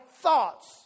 thoughts